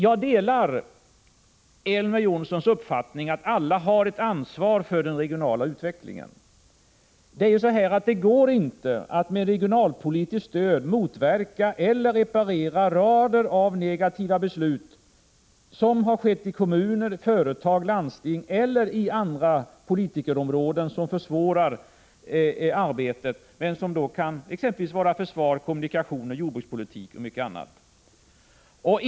Jag delar Elver Jonssons uppfattning att alla har ett ansvar för den regionala utvecklingen. Det går dock inte att med regionalpolitiskt stöd motverka eller reparera rader av negativa beslut som har fattats av kommuner, företag och landsting eller andra politiska församlingar — det kan gälla försvars-, kommunikationseller jordbrukspolitik och mycket annat — och som försvårar arbetet.